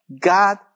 God